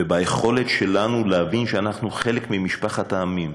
וביכולת שלנו להבין שאנחנו חלק ממשפחת העמים,